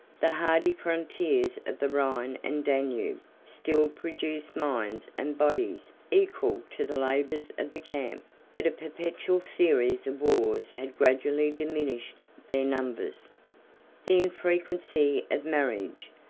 the hardy frontiers of the rhine and danube still produced minds and bodies equal to the labors of the camp but a perpetual series of wars had gradually diminished their numbers. the infrequency of marriage,